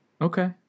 Okay